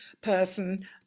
person